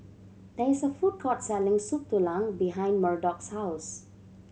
there is a food court selling Soup Tulang behind Murdock's house